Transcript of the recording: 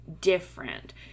different